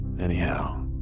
Anyhow